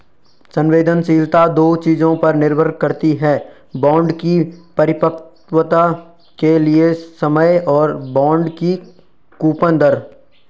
संवेदनशीलता दो चीजों पर निर्भर करती है बॉन्ड की परिपक्वता के लिए समय और बॉन्ड की कूपन दर